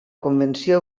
convenció